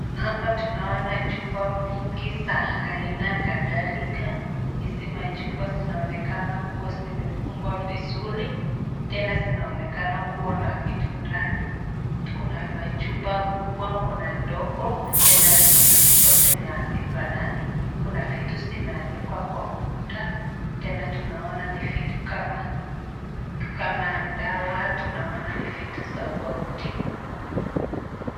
Hapa tunaona chupa mingi za aina kadhalika. Hizi machupa zinaonekana kua zimefungwa vizuri. Tena zinaonekana kua na vitu ndani. Kuna machupa kubwa, kuna ndogo na tena ni machupa zenye hazifanani. Kuna vitu zimeanikwa kwa ukuta. Tena tunaona ni vitu kama dawa, tunaona ni vitu tofauti.